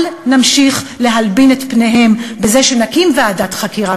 אל נמשיך להלבין את פניהם בזה שנקים ועדת חקירה,